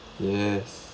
yes